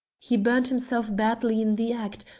he burnt himself badly in the act,